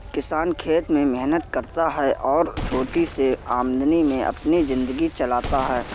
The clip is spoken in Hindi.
किसान खेत में मेहनत करता है और छोटी सी आमदनी में अपनी जिंदगी चलाता है